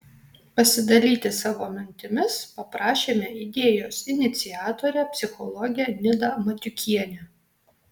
pasidalyti savo mintimis paprašėme idėjos iniciatorę psichologę nidą matiukienę